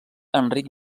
enric